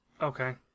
Okay